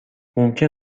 ممکن